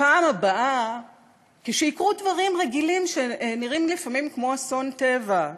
בפעם הבאה שיקרו דברים רגילים שנראים לפעמים כמו אסון טבע,